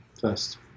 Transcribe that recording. First